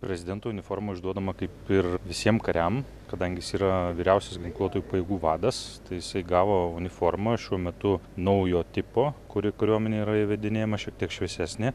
prezidento uniforma išduodama kaip ir visiem kariams kadangi jis yra vyriausias ginkluotųjų pajėgų vadas tai jisai gavo uniformą šiuo metu naujo tipo kuri kariuomenėje yra įvedinėjama šiek tiek šviesesnė